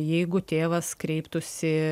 jeigu tėvas kreiptųsi